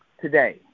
today